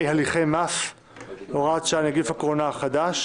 הליכי מס (הוראת שעה נגיף הקורונה החדש).